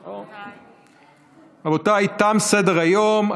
רבותיי, תם סדר-היום.